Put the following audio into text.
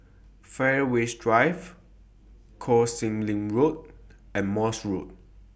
Fairways Drive Koh Sek Lim Road and Morse Road